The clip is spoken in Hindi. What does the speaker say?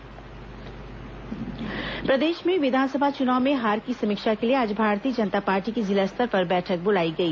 भाजपा समीक्षा बैठक प्रदेश में विधानसभा चुनाव में हार की समीक्षा के लिए आज भारतीय जनता पार्टी की जिला स्तर पर बैठक बुलाई गई